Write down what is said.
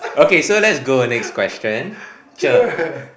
okay so let's go next question cher